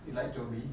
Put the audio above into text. you like tobey